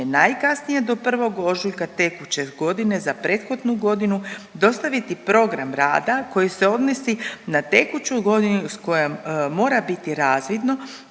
najkasnije do 1. ožujka tekuće godine za prethodnu godinu dostaviti program rada koji se odnosi na tekuću godinu iz koje mora biti razvidno